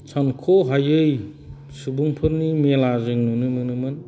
सानख'हायै सुबुंफोरनि मेला जों नुनो मोनोमोन